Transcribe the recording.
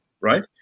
right